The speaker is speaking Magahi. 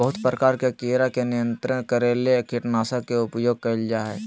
बहुत प्रकार के कीड़ा के नियंत्रित करे ले कीटनाशक के उपयोग कयल जा हइ